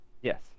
Yes